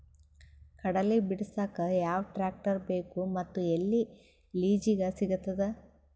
ಕಡಲಿ ಬಿಡಸಕ್ ಯಾವ ಟ್ರ್ಯಾಕ್ಟರ್ ಬೇಕು ಮತ್ತು ಎಲ್ಲಿ ಲಿಜೀಗ ಸಿಗತದ?